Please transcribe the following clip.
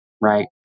right